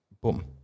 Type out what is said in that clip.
boom